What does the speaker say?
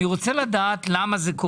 ואני רוצה לדעת למה זה קורה,